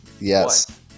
Yes